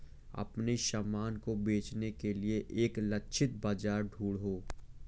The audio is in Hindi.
अपने सामान को बेचने के लिए एक लक्षित बाजार ढूंढो